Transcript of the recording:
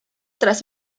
tras